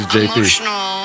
emotional